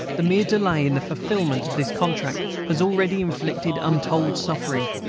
the mere delay in the fulfillment of this contract has already inflicted untold suffering,